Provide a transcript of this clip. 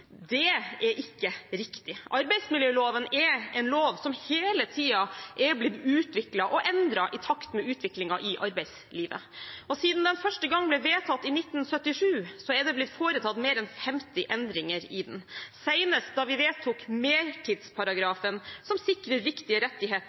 Det er ikke riktig. Arbeidsmiljøloven er en lov som hele tiden har blitt utviklet og endret i takt med utviklingen i arbeidslivet. Siden den første gang ble vedtatt i 1977, har det blitt foretatt mer enn 50 endringer i den – senest da vi vedtok mertidsparagrafen, som sikrer viktige rettigheter